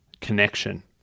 connection